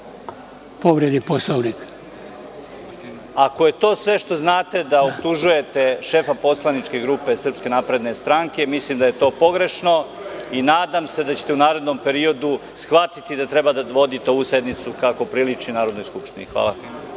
Bečić** Ako je to sve što znate, da optužujete šefa poslaničke grupe SNS, mislim da je to pogrešno i nadam se da ćete u narednom periodu shvatiti da treba da vodite ovu sednicu kako prilični Narodnoj skupštini. Hvala.